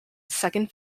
second